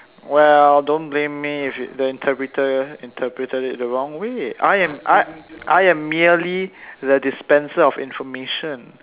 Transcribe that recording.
well don't blame me if the interpreter interpreted it the wrong way I am I I am merely the dispenser of information